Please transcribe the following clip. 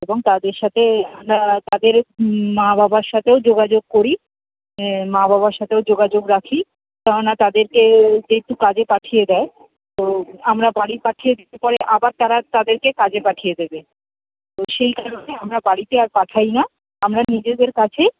এবং তাদের সাথে আমরা তাদের মা বাবার সাথেও যোগাযোগ করি মা বাবার সাথেও যোগাযোগ রাখি কেন না তাদেরকে যেহেতু কাজে পাঠিয়ে দেয় তো আমরা বাড়ি পাঠিয়ে দিলে পরে আবার তারা তাদেরকে কাজে পাঠিয়ে দেবে তো সেই কারণে আমরা বাড়িতে আর পাঠাই না আমরা নিজেদের কাছেই